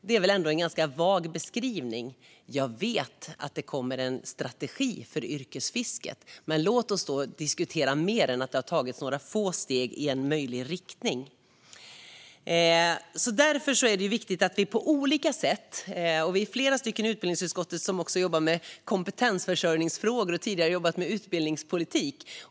Det är väl ändå en ganska vag beskrivning? Jag vet att det kommer en strategi för yrkesfisket, men låt oss då diskutera mer än att det har tagits några få steg i en möjlig riktning. Vi är flera i utbildningsutskottet som jobbar med kompetensförsörjningsfrågor och som tidigare har jobbat med utbildningspolitik.